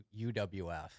UWF